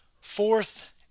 Fourth